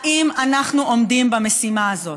האם אנחנו עומדים במשימה הזאת?